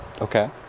okay